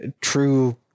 true